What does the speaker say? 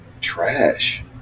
trash